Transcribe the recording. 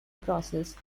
process